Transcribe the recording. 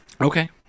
Okay